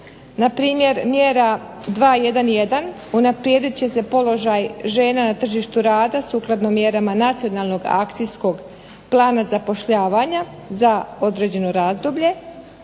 npr. mjera 211 unaprijedit će se položaj žena na tržištu rada sukladno mjerama nacionalnog akcijskog plana zapošljavanja za određeno razdoblje.